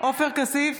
עופר כסיף,